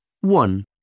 one